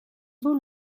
vaut